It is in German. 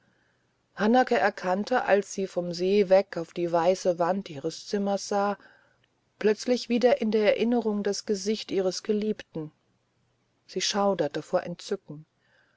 hanake erkannte als sie vom see weg auf die weiße wand ihres zimmers sah plötzlich wieder in der erinnerung das gesicht ihres geliebten sie schauderte vor entzücken